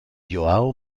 joão